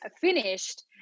finished